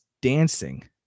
dancing